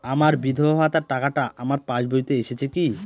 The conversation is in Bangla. আমার বিধবা ভাতার টাকাটা আমার পাসবইতে এসেছে কি?